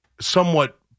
somewhat